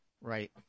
right